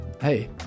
hey